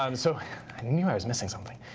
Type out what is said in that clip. um so knew i was missing something.